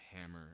hammer